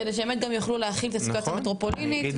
כדי שהם יוכלו באמת להכיל את סיטואציית המטרופולין של העיר.